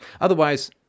Otherwise